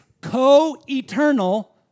co-eternal